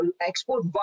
export